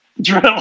Drill